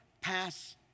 pass